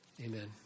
Amen